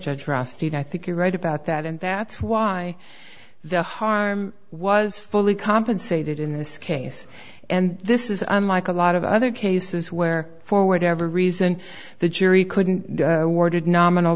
rusty i think you're right about that and that's why the harm was fully compensated in this case and this is unlike a lot of other cases where forward ever reason the jury couldn't ordered nominal